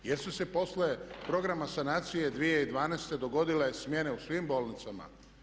Jel su se poslije programa sanacije 2012. dogodile smjene u svim bolnicama?